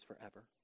forever